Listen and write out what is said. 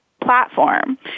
platform